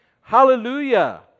Hallelujah